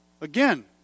Again